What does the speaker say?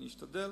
אני אשתדל.